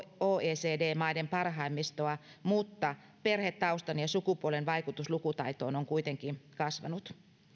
oecd maiden parhaimmistoa mutta perhetaustan ja sukupuolen vaikutus lukutaitoon on kuitenkin kasvanut